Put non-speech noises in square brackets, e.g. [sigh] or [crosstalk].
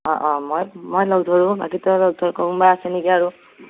অঁ অঁ মই মই লগ ধৰোঁ [unintelligible] কোনোবা আছে নেকি আৰু